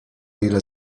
ile